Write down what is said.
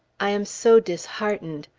i am so disheartened!